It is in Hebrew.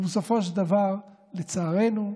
ובסופו של דבר, לצערנו,